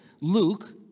Luke